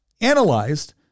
analyzed